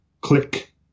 click